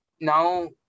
now